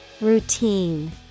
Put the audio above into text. Routine